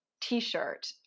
t-shirt